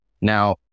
Now